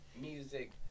music